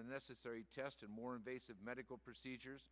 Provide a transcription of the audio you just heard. the necessary test and more invasive medical procedures